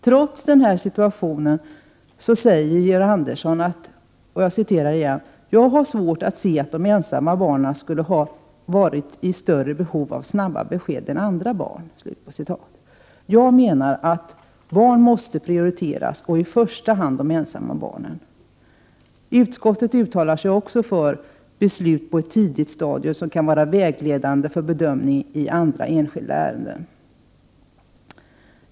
Trots denna situation säger Georg Andersson: ”Jag har svårt att se att de ensamma barnen skulle ha varit i större behov av snabba besked än andra barn.” Jag menar att barn måste prioriteras, och i första hand de ensamma barnen. Utskottet uttalar sig också för beslut på ett tidigt stadium, som kan vara vägledande för bedömning i andra enskilda ärenden.